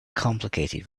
complicated